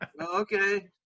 Okay